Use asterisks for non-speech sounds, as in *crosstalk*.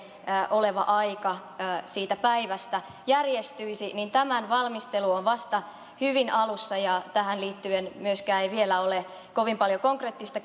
oleva aika siitä päivästä järjestyisi niin tämän valmistelu on vasta hyvin alussa ja tähän liittyen myöskään ei vielä ole kovin paljon konkreettista *unintelligible*